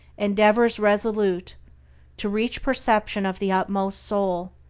endeavors resolute to reach perception of the utmost soul,